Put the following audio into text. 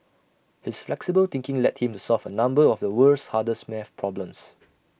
his flexible thinking led him to solve A number of the world's hardest math problems